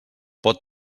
pot